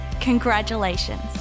congratulations